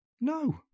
No